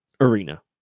arena